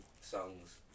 songs